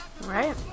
Right